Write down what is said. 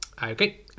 Okay